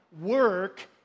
work